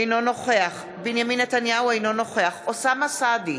אינו נוכח בנימין נתניהו, אינו נוכח אוסאמה סעדי,